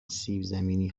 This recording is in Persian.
سیبزمینی